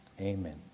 Amen